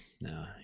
no